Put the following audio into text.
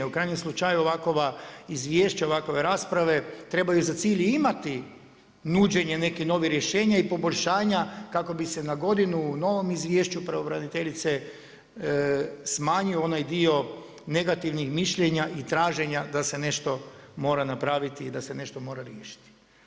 U krajnjem slučaju ovakova izvješća, ovakve rasprave trebaju za cilj i imati nuđenje nekih novih rješenja i poboljšanja kako bi se na godinu u novom izvješću pravobraniteljice smanjio onaj dio negativnih mišljenja i traženja da se nešto mora napraviti i da se nešto mora riješiti.